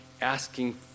asking